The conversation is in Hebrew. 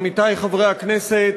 עמיתי חברי הכנסת: